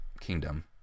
kingdom